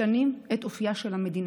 משנים את אופייה של המדינה,